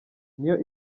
niyo